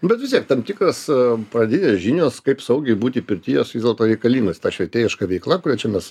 bet vis tiek tam tikras pradinės žinios kaip saugiai būti pirty jos vis dėlto reikalingos ta švietėjiška veikla kuria čia mes